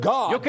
God